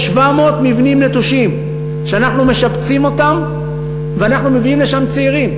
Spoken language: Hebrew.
יש 700 מבנים נטושים שאנחנו משפצים אותם ואנחנו מביאים לשם צעירים.